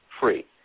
free